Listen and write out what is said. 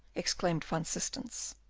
exclaimed van systens.